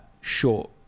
short